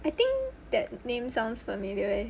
I think that name sounds familiar eh